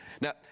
Now